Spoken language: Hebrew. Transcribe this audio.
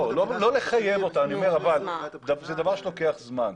לא לחייב אבל אני אומר שזה דבר שלוקח זמן.